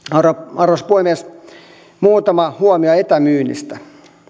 arvoisa puhemies muutama huomio etämyynnistä